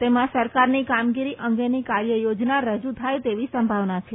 તેમાં સરકારની કામગીરી અંગેની કાર્યયોજના રજૂ થાય તેવી સંભાવના છે